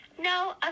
No